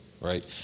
right